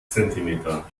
zentimeter